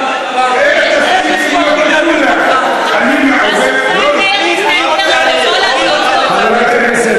איך הספקתי להיות במקומך גם, אני רק רוצה לצטט,